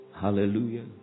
Hallelujah